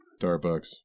Starbucks